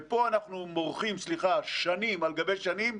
ופה אנחנו מורחים סליחה שנים על גבי שנים,